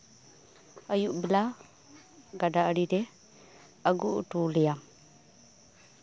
ᱟᱹᱭᱩᱵ ᱵᱮᱲᱟ ᱜᱟᱰᱟ ᱟᱲᱮᱨᱮ ᱟᱹᱜᱩ ᱦᱚᱴᱚ ᱟᱞᱮᱭᱟᱢ